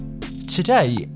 Today